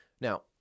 Now